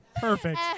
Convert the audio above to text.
Perfect